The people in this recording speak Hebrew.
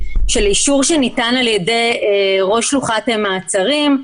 אישור שניתן על ידי ראש שלוחת מעצרים.